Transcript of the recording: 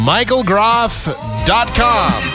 MichaelGroff.com